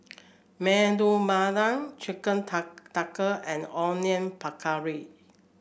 Medu Chicken Tikka and Onion Pakora